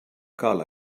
cal